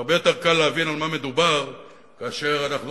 הרבה יותר קל להבין על מה מדובר כאשר אנחנו